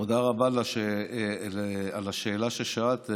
תודה רבה על השאלה ששאלת.